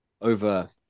over